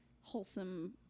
wholesome